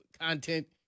content